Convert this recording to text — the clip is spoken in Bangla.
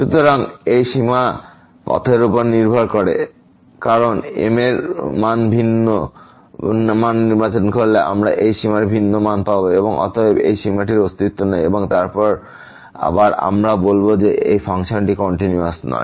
সুতরাং এই সীমাটি পথের উপর নির্ভর করে কারণ m এর ভিন্ন মান নির্বাচন করলে আমরা এই সীমার একটি ভিন্ন মান পাব এবং অতএব এই সীমাটির অস্তিত্ব নেই এবং তারপর আবার আমরা বলব যে এই ফাংশনটি কন্টিনিউয়াস নয়